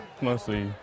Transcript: Mostly